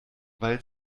weil